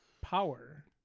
power